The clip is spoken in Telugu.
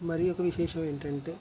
మరియు ఒక విశేషం ఏంటి అంటే